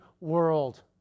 world